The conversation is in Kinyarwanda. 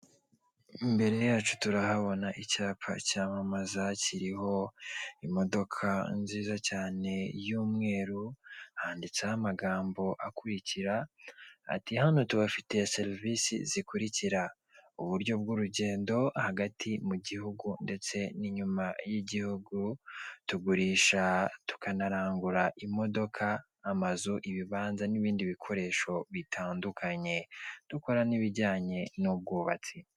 Imbere yacu turahabona icyapa cyamamaza kiriho imodoka nziza cyane y'umweru handitseho amagambo akurikira ati hano tubafitiye serivisi zikurikira; uburyo bw'urugendo hagati mu gihugu ndetse n'inyuma y'igihugu, tugurisha tukanarangura imodoka, amazu, ibibanza n'ibindi bikoresho bitandukanye dukora n'ibijyanye n'ubwubatsi.